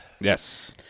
Yes